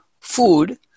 food